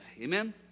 Amen